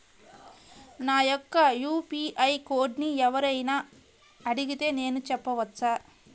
నా యొక్క యూ.పీ.ఐ కోడ్ని ఎవరు అయినా అడిగితే నేను చెప్పవచ్చా?